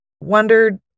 wondered